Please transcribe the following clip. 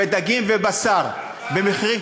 ודגים ובשר במחירים,